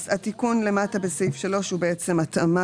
אז התיקון למטה בסעיף 3 הוא בעצם התאמה